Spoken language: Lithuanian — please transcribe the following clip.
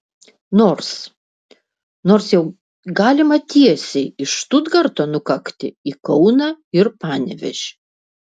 nors nors jau galima tiesiai iš štutgarto nukakti į kauną ir panevėžį